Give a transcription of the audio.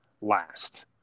last